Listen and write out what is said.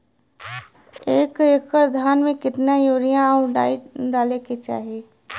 एक एकड़ धान में कितना यूरिया और डाई डाले के चाही?